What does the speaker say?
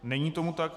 Není tomu tak.